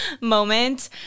moment